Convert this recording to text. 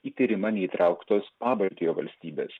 į tyrimą neįtrauktos pabaltijo valstybės